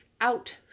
Out